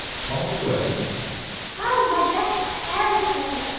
called away oh, my best parasol!